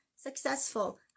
successful